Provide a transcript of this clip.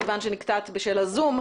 כיוון שנקטעת בשל ה-זום,